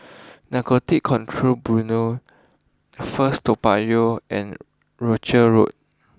Narcotics Control Bureau first Toa Payoh and Rochor Road